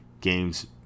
games